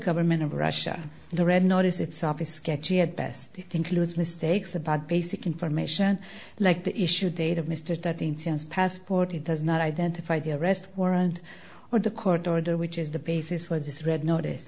government of russia the red notice it's obvious sketchy at best concludes mistakes about basic information like the issue date of mr ducting tim's passport he does not identify the arrest warrant or the court order which is the basis for this red notice